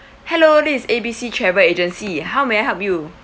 hello this is A B C travel agency how may I help you